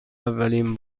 اولین